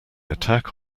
attack